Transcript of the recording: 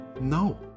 No